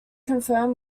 confirmed